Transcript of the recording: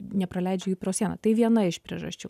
nepraleidžia jų pro sieną tai viena iš priežasčių